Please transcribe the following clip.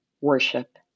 worship